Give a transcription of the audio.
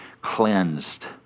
cleansed